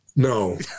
No